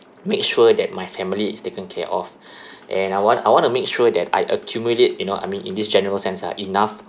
make sure that my family is taken care of and I want I want to make sure that I accumulate you know I mean in this general sense lah enough